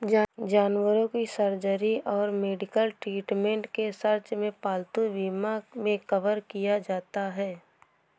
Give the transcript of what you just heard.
जानवरों की सर्जरी और मेडिकल ट्रीटमेंट के सर्च में पालतू बीमा मे कवर किया जाता है